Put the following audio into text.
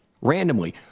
randomly